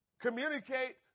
communicate